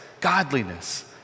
godliness